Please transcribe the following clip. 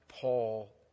Paul